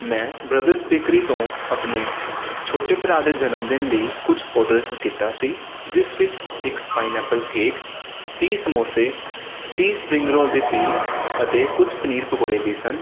ਮੈਂ brothers bakery ਤੋਂ ਆਪਣੇ ਛੋਟੇ ਭਰਾ ਦੇ ਜਨਮ ਦਿਨ ਲਈ ਕੁਝ ਔਡਰ ਕੀਤਾ ਸੀ ਜਿਸ ਵਿੱਚ ਇੱਕ ਪਾਈਨਐਪਲ ਕੇਕ ਤੀਹ ਸਮੋਸੇ ਤੀਹ ਸਪਰਿੰਗ ਰੋਲ ਦੇ ਪੀਸ ਅਤੇ ਕੁਝ ਪਨੀਰ ਪਕੌੜੇ ਵੀ ਸਨ